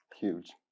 huge